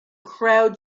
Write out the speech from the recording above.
crowd